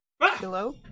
Hello